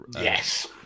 yes